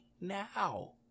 now